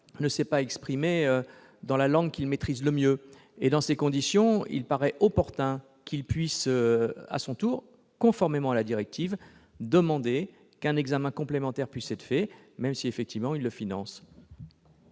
ne s'est pas exprimé dans la langue qu'il maîtrise le mieux. Dans ces conditions, il paraît opportun que le demandeur puisse à son tour, conformément à la directive, demander qu'un examen complémentaire soit réalisé, même si c'est effectivement à lui de le financer.